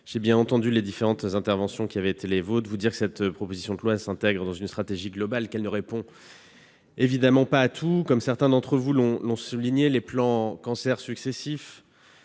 j'ai bien entendu leurs différentes interventions. Je veux vous dire que cette proposition de loi s'intègre dans une stratégie globale et qu'elle ne répond évidemment pas à tous les problèmes. Comme certains d'entre vous l'ont souligné, les plans Cancer successifs